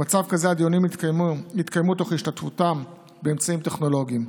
במצב כזה הדיונים יתקיימו תוך השתתפותם באמצעים טכנולוגיים.